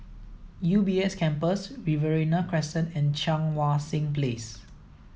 U B S Campus Riverina Crescent and Cheang Wan Seng Place